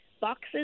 boxes